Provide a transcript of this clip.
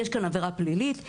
שיש כאן עבירה פלילית,